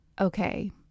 Okay